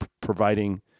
providing